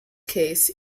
case